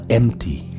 empty